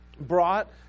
brought